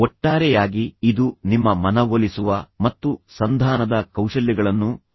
ಒಟ್ಟಾರೆಯಾಗಿ ಇದು ನಿಮ್ಮ ಮನವೊಲಿಸುವ ಮತ್ತು ಸಂಧಾನದ ಕೌಶಲ್ಯಗಳನ್ನು ಸುಧಾರಿಸುತ್ತದೆ